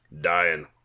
dying